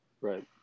Right